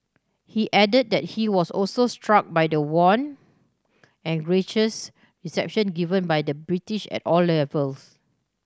he added that he was also struck by the warm and gracious reception given by the British at all levels